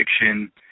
fiction